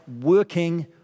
working